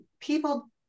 people